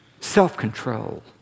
self-control